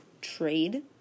trade